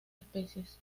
especies